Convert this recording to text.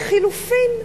לחלופין,